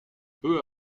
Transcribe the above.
peu